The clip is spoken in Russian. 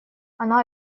она